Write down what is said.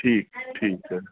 ठीकु ठीकु आहे